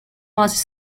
was